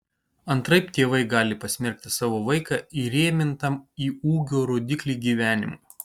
antraip tėvai gali pasmerkti savo vaiką įrėmintam į ūgio rodiklį gyvenimui